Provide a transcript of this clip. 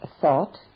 thought